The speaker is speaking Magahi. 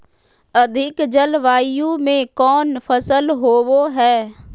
अधिक जलवायु में कौन फसल होबो है?